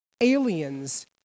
aliens